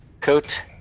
coat